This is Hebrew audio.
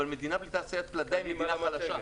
מדינה בלי תעשייה פלדה היא מדינה חלשה.